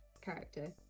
character